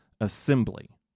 assembly